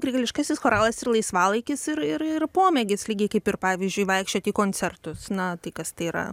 grigališkasis choralas ir laisvalaikis ir ir ir pomėgis lygiai kaip ir pavyzdžiui vaikščioti į koncertus na tai kas tai yra